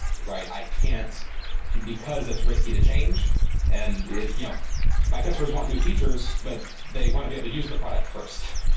right? i can't because it's risky to change and its yeah my customers want new features, but they want to be able to use the product first.